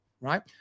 right